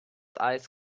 eyes